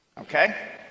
Okay